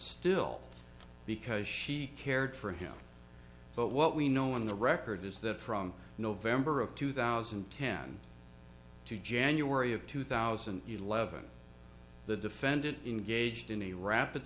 still because she cared for him but what we know on the record is that from november of two thousand and ten to january of two thousand and eleven the defendant engaged in a rapid